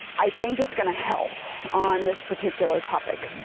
i think it's going to help on this particular topic.